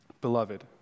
Beloved